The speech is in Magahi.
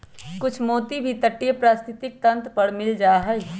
कुछ मोती भी तटीय पारिस्थितिक तंत्र पर मिल जा हई